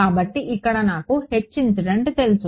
కాబట్టి ఇక్కడ నాకు తెలుసు